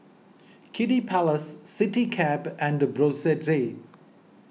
Kiddy Palace CityCab and Brotzeit